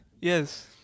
Yes